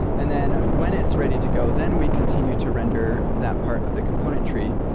and then when it's ready to go, then we continue to render that part of the component tree.